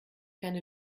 keine